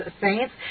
saints